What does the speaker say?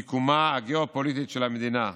ממיקומה הגיאופוליטי של המדינה,